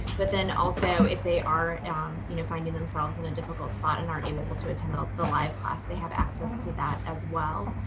but then also if they are you know finding themselves in a difficult spot and aren't able to attend um the live class, they have access to that as well.